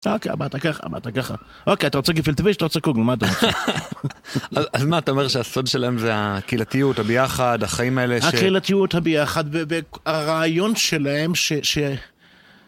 אוקיי, אבא אתה ככה, אבא אתה ככה. אוקיי אתה רוצה לקנות אתה רוצה קוגל, מה אתה עושה? אז מה אתה אומר שהסוד שלהם זה הקהילתיות, הביחד. החיים האלה ש.. הקהילתיות, הביחד, והרעיון שלהם ש...